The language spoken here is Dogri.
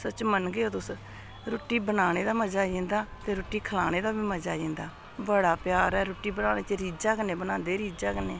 सच्च मनगेओ तुस रुट्टी बनाने दा मजा आई जंदा ते रुट्टी खलाने दा बी मजा आई जंदा बड़ा प्यार ऐ रुट्टी बनाने च रीझा कन्नै बनांदे रीझा कन्नै